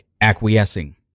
acquiescing